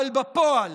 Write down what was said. אבל בפועל,